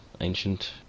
ancient